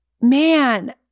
man